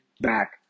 back